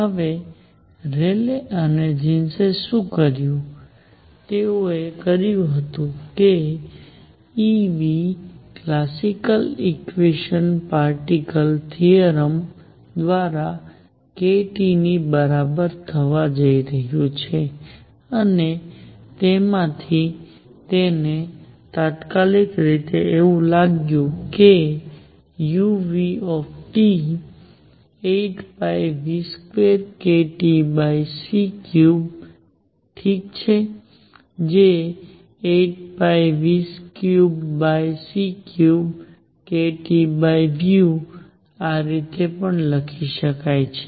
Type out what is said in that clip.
હવે રેલે અને જીન્સે શું કર્યું તેઓએ કહ્યું હતું કે E ક્લાસિકલ ઇક્વિપાર્ટીશન થિઓરમ દ્વારા k T ની બરાબર થવા જઈ રહ્યું છે અને તેનાથી તેમને તાત્કાલિક એવું લાગ્યું કે u 8π2kTc3 ઠીક છે જે 8π3c3 ના રીતે લખી શકાય છે